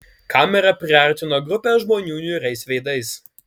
kamera priartino grupę žmonių niūriais veidais